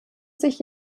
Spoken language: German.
sich